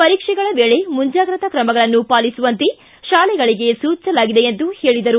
ಪರೀಕ್ಷೆಗಳ ವೇಳೆ ಮುಂಜಾಗೃತಾ ಕ್ರಮಗಳನ್ನು ಪಾಲಿಸುವಂತೆ ಶಾಲೆಗಳಿಗೆ ಸೂಚಿಸಲಾಗಿದೆ ಎಂದು ಹೇಳಿದರು